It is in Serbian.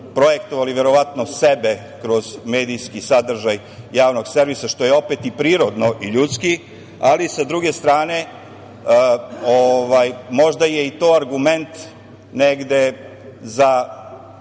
projektovali verovatno sebe kroz medijski sadržaj javnog servisa, što je opet i prirodno i ljudski, ali sa druge strane, možda je i to argument negde za